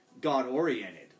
God-oriented